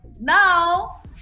Now